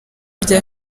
rya